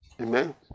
Amen